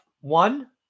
One